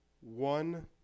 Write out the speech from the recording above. one